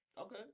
Okay